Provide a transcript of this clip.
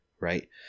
right